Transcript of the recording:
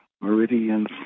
meridians